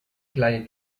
kleine